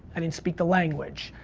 i didn't speak the language,